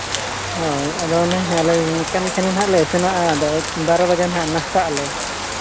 ᱦᱳᱭ ᱟᱫᱚ ᱚᱱᱟᱜᱮ ᱟᱞᱮ ᱥᱮᱱᱚᱜᱼᱟ ᱟᱫᱚ ᱵᱟᱨᱚ ᱵᱟᱡᱟ ᱱᱟᱦᱟᱸᱜ ᱱᱟᱥᱛᱟᱜ ᱟᱞᱮ